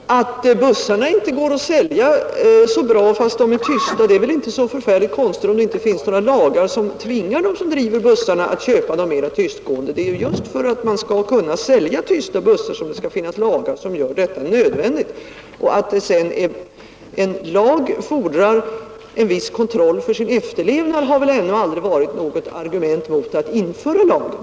Herr talman! Att bussarna inte går att sälja så bra fastän de är tysta är inte så konstigt, om det inte finns några lagar som tvingar dem som driver busslinjerna att köpa de mer tystgående bussarna. Det är just för att man skall sälja tystgående bussar som det skall finnas lagar som förbjuder kraftigt buller. Att det sedan fordras en viss kontroll av att en lag efterlevs har ännu aldrig varit något argument mot att införa lagen.